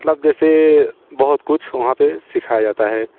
मतलब जैसे बहुत कुछ वहाँ पर सिखाया जाता है